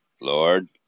Lord